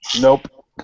Nope